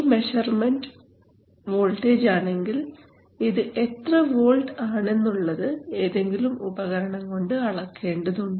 ഈ measurement voltage ആണെങ്കിൽ ഇത് എത്ര വോൾട്ട് ആണെന്നുള്ളത് ഏതെങ്കിലും ഉപകരണം കൊണ്ട് അളക്കേണ്ടത് ഉണ്ട്